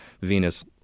Venus